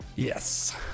yes